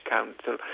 Council